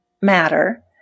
matter